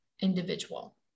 individual